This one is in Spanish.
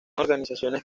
organizaciones